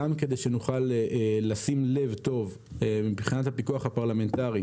גם כדי שנוכל לשים לב טוב מבחינת הפיקוח הפרלמנטרי,